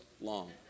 long